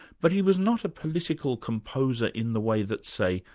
but he was not a political composer in the way that say,